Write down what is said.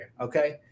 okay